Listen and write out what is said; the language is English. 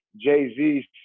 Jay-Z